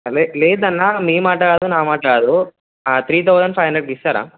అదే లేదన్న మీ మాట కాదు నా మాట కాదు త్రీ థౌసండ్ ఫైవ్ హండ్రెడ్కు ఇస్తారా